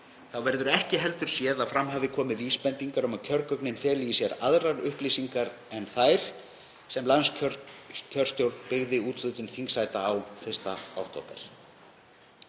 Þá verður ekki heldur séð að fram hafi komið vísbendingar um að kjörgögnin feli í sér aðrar upplýsingar en þær sem landskjörstjórn byggði úthlutun þingsæta á 1. október